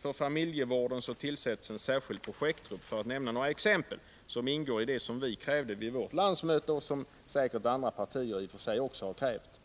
För familjevården tillsätts en särskild projektgrupp. Detta är några exempel på det som vi krävde vid vårt landsmöte och som säkert också andra partier har krävt.